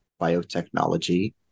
biotechnology